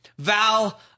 Val